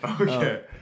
Okay